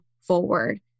forward